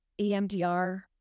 EMDR